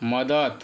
मदत